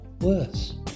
worse